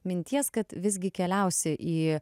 minties kad visgi keliausi į